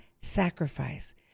sacrifice